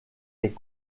est